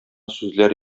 сүзләр